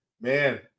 Man